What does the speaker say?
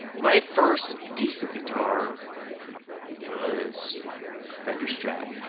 my first decent guitar was a fender strat.